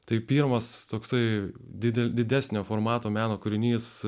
tai pirmas toksai didelis didesnio formato meno kūrinys